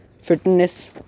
fitness